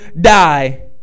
die